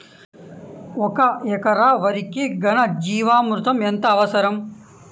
ఒక ఎకరా వరికి ఘన జీవామృతం ఎంత అవసరం?